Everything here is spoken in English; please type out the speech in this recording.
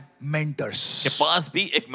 mentors